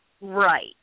right